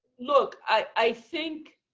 look, i think